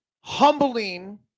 humbling